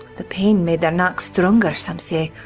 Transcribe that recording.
the pain made their knacks stronger some say,